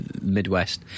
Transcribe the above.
Midwest